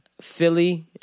Philly